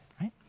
right